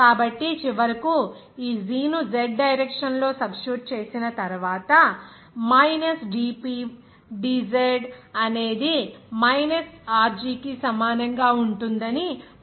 కాబట్టి చివరకు ఈ g ను z డైరెక్షన్ లో సబ్స్టిట్యూట్ చేసిన తరువాత మైనస్ dp dz అనేది మైనస్ rg కి సమానంగా ఉంటుందని మనం సులభంగా చెప్పగలం